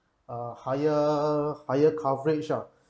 a higher higher coverage ah